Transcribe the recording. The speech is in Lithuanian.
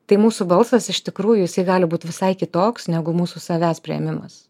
tai mūsų balsas iš tikrųjų jisai gali būt visai kitoks negu mūsų savęs priėmimas